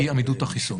היא עמידות החיסון.